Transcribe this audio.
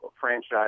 franchise